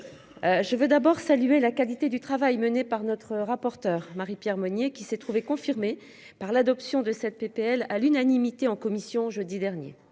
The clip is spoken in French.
Je veux d'abord saluer la qualité du travail mené par notre rapporteure Marie-Pierre Monnier qui s'est trouvée confirmée par l'adoption de cette PPL à l'unanimité en commission jeudi dernier.